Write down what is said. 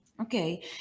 Okay